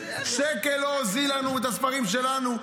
שקל לא הוזיל לנו את הספרים שלנו.